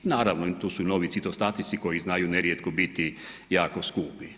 Naravno tu su i novi citostatici koji znaju nerijetko biti jako skupi.